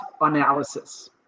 analysis